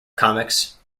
comics